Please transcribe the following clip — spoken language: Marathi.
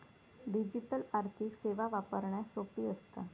डिजिटल आर्थिक सेवा वापरण्यास सोपी असता